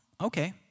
okay